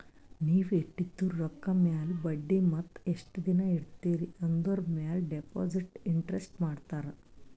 ನೀವ್ ಇಟ್ಟಿದು ರೊಕ್ಕಾ ಮ್ಯಾಲ ಬಡ್ಡಿ ಮತ್ತ ಎಸ್ಟ್ ದಿನಾ ಇಡ್ತಿರಿ ಆಂದುರ್ ಮ್ಯಾಲ ಡೆಪೋಸಿಟ್ ಇಂಟ್ರೆಸ್ಟ್ ಮಾಡ್ತಾರ